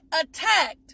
attacked